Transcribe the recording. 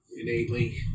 innately